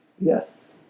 Yes